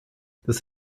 das